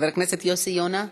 חבר הכנסת יוסי יונה,